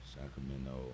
Sacramento